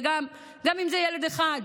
וגם אם זה ילד אחד,